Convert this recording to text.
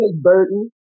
Burton